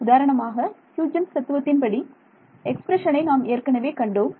உதாரணமாக ஹ்யூஜென்ஸ் தத்துவத்தின் படி எக்ஸ்பிரஷனை நாம் ஏற்கனவே கண்டோம்